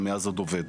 ומאז עוד עובד.